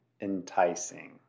enticing